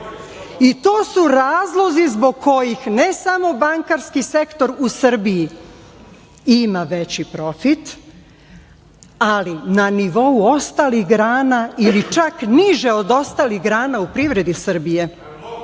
I to su razlozi zbog kojih ne samo bankarski sektor u Srbiji ima veći profit, ali na nivou ostalih grana ili čak niže od ostalih grana u privredi Srbije.